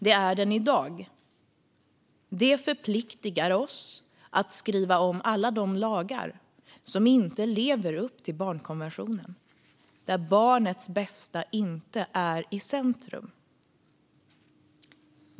Det är den i dag, och det förpliktar oss att skriva om alla de lagar som inte lever upp till barnkonventionen - där barnets bästa inte är i centrum.